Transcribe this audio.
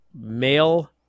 male